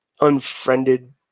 unfriended